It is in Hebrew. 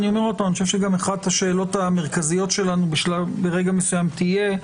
אני חושב שאחת השאלות המרכזיות שלנו ברגע מסוים תהיה,